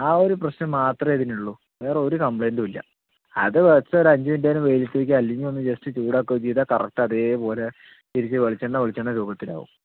ആ ഒരു പ്രശ്നം മാത്രമേ ഇതിനുള്ളു വേറെ ഒരു കംപ്ലൈൻ്റും ഇല്ല അത് ഫസ്റ്റ് ഒരു അഞ്ചു മിനുട്ട് നേരം വെയിലെത്തു വെക്കുക അല്ലെങ്കിൽ ഒന്നു ജസ്റ്റ് ചൂടാക്കുകയോ ചെയ്താൽ കറക്ട് അതേപോലെ തിരിഞ്ഞ് വെളിച്ചെണ്ണ വെളിച്ചെണ്ണ രൂപത്തിലാവും